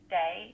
day